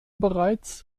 bereits